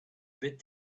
bit